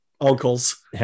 Uncles